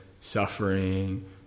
suffering